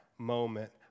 moment